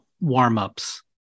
warm-ups